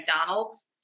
McDonald's